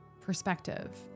perspective